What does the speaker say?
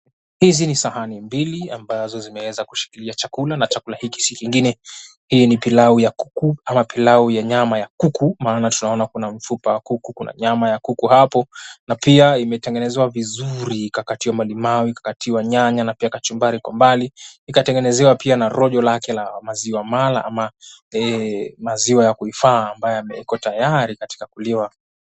Hizi ni sahani mbili ambazo zimeweza kushikilia chakula na chakula hiki si kingine hii ni pilau ya kuku ama pilau ya nyama ya kuku maana tunaona kuna mfupa wa kuku, kuna nyama ya kuku hapo na pia imetengenezwa vizuri ikakatiwa malimau, ikakatiwa nyanya na pia kachumbari kwa mbali, ikatengenezewa pia rojo lake la maziwa mala ama maziwa ya kuhifadhi ambayo yamekuwa tayari katika kuliwa.